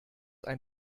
ein